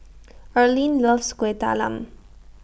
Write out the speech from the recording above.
Arlyne loves Kueh Talam